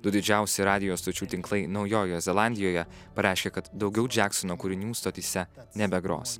du didžiausi radijo stočių tinklai naujojoje zelandijoje pareiškė kad daugiau džeksono kūrinių stotyse nebegros